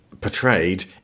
portrayed